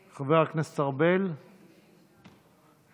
חבר הכנסת ארבל, איננו,